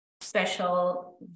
special